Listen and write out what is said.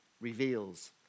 reveals